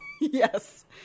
Yes